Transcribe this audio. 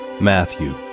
Matthew